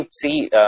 see